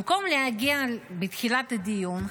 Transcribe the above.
במקום להגיע בתחילת הדיון,